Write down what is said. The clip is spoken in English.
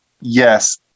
yes